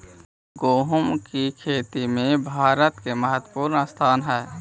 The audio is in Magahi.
गोहुम की खेती में भारत के महत्वपूर्ण स्थान हई